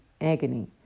agony